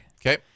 Okay